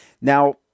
Now